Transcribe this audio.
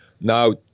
Now